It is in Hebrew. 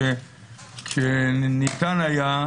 כשניתן היה,